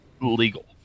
legal